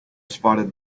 spotted